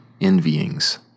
envyings